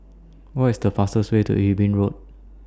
What IS The fastest Way to Eben Road